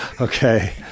Okay